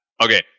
Okay